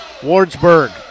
Wardsburg